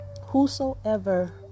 Whosoever